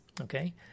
okay